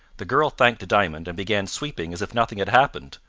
the girl thanked diamond, and began sweeping as if nothing had happened,